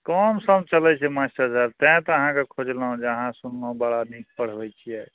कमसम चलै छै मास्टर साहेब तेॅं तऽ अहाँके खोजलहुॅं जे अहाँ सुनलहुॅं बड़ा नीक पढ़बै छियै